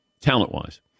talent-wise